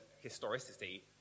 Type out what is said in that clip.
historicity